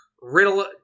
Riddle